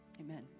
Amen